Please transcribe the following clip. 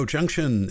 Junction